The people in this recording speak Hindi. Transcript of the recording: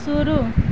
शुरू